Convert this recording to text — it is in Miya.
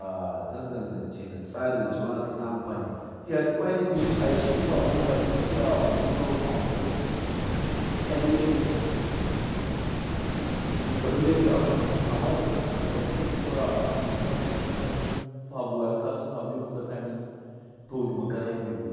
Aa tangan zancɚna tsada na coonaki na anfani fiya ɗima tlaɗi ashiyi fa vuwahu fabi kiga buhu nahu fa mutsau kalila mɨr ndɨ tsahu laimɨr akanhu amma coonakɨi haka kiga bahuwa shikafa nafukani fa vawaga kasu fabi mtsa kani to ndɨ karami mɨr